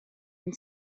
and